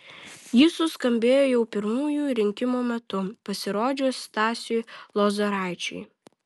ji suskambėjo jau pirmųjų rinkimų metu pasirodžius stasiui lozoraičiui